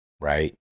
right